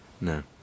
No